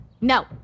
No